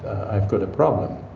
i've got a problem,